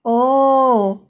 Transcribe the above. oo